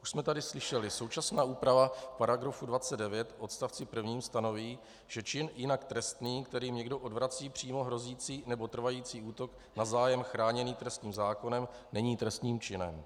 Už jsme tady slyšeli, že současná úprava v § 29 odst. 1 stanoví, že čin jinak trestný, kterým někdo odvrací přímo hrozící nebo trvající útok na zájem chráněný trestním zákonem, není trestným činem.